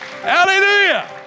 Hallelujah